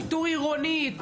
שיטור עירוני,